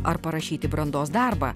ar parašyti brandos darbą